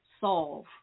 solve